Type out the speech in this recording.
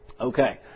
Okay